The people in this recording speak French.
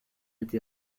été